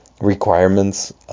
requirements